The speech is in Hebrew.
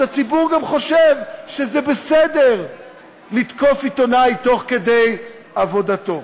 אז הציבור גם חושב שזה בסדר לתקוף עיתונאי תוך כדי עבודתו,